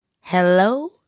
Hello